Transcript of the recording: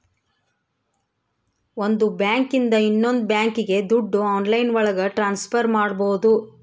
ಒಂದ್ ಬ್ಯಾಂಕ್ ಇಂದ ಇನ್ನೊಂದ್ ಬ್ಯಾಂಕ್ಗೆ ದುಡ್ಡು ಆನ್ಲೈನ್ ಒಳಗ ಟ್ರಾನ್ಸ್ಫರ್ ಮಾಡ್ಬೋದು